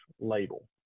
label